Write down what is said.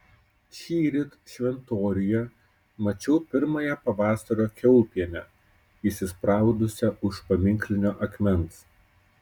šįryt šventoriuje mačiau pirmąją pavasario kiaulpienę įsispraudusią už paminklinio akmens